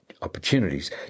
opportunities